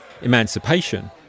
Emancipation